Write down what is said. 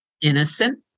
innocent